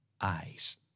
eyes